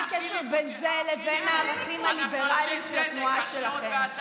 מה הקשר בין זה לבין הערכים הליברליים של התנועה שלכם?